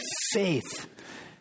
faith